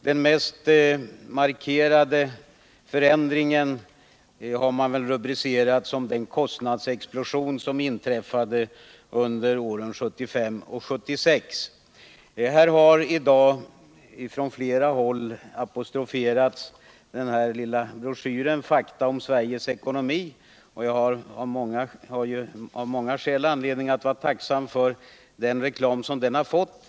Den mest markerade förändringen har man rubricerat som den kostnadsexplosion som inträffade under åren 1975 och 1976. Den lilla broschyren Fakta om Sveriges ekonomi har i dag citerats från flera håll. Många har anledning att vara tacksamma för den reklam som den har fått.